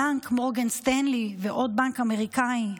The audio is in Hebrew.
הבנק מורגן סטנלי ועוד בנק אמריקאי,